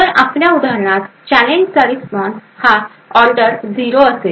तर आपल्या उदाहरणात चॅलेंजचा रिस्पॉन्स हा ऑर्डर 0 असेल